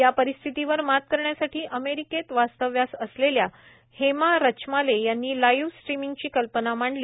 या परिस्थितीवर मात करण्यासाठी अमेरिकेत यास्तव्यास असलेल्या हेमा रचमाले यांनी लाइव्ह स्ट्रिमिंगची कल्पना मां ली